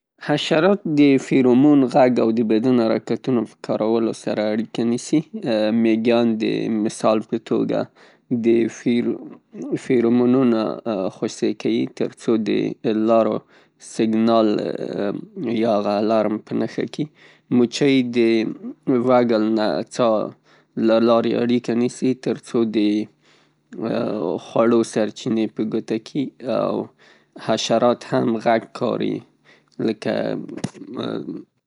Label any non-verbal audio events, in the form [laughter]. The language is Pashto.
حشرات د فیرومون غږ او د بدن حرکتونو په کارولو سره اړیکه نیسي. میګیان د مثال په توګه فیرومونونه خوشې کيي؛ ترڅو د لارو سیګنال یا هغه الارم په نښه کي. موچۍ د وګل نڅا له لارې اړیکه نیسي؛ ترڅو د خوړو سرچینې په ګوته کي او حشرات هم غږ کاري لکه. [unintelligible]